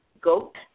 goat